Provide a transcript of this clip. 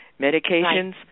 Medications